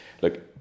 look